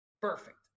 perfect